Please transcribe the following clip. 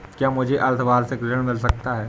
क्या मुझे अर्धवार्षिक ऋण मिल सकता है?